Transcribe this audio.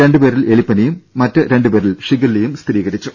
രണ്ട് പേരിൽ എലിപ്പനിയും മറ്റ് രണ്ട് പേരിൽ ഷിഗല്ലയും സ്ഥിരീകരിച്ചു